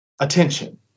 attention